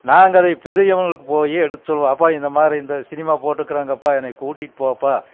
நாங்கள் அதை பெரியவங்களுக் போய் எடுத் சொல்வோம் அப்பா இந்த மாதிரி இந்த சினிமா போட்டுக்கறாங்கப்பா என்னையை கூட்டிட்டு போப்பா